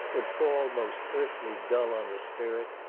would fall most earthly dull on the spirit,